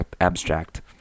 abstract